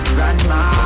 Grandma